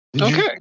okay